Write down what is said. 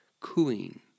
Cooing